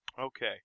Okay